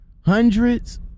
hundreds